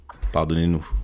pardonnez-nous